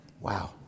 Wow